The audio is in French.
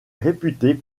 réputée